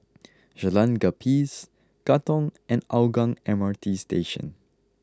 Jalan Gapis Katong and Hougang M R T Station